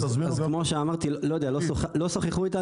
אז כמו שאמרתי לא שוחחו איתנו.